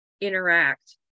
interact